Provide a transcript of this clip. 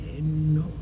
No